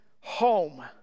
home